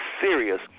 serious